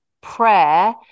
prayer